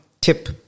tip